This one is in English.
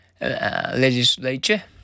legislature